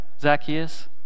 Zacchaeus